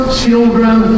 children